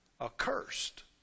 Accursed